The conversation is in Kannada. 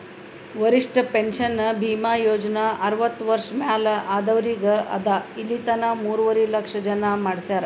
ವರಿಷ್ಠ ಪೆನ್ಷನ್ ಭೀಮಾ ಯೋಜನಾ ಅರ್ವತ್ತ ವರ್ಷ ಮ್ಯಾಲ ಆದವ್ರಿಗ್ ಅದಾ ಇಲಿತನ ಮೂರುವರಿ ಲಕ್ಷ ಜನ ಮಾಡಿಸ್ಯಾರ್